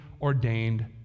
ordained